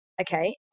okay